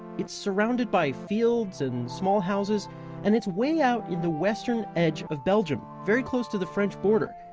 it's surrounded by fields and small houses and it's way out in the western edge of belgium, very close to the french border.